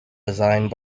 designed